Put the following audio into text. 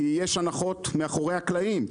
כי יש הנחות מאחורי הקלעים,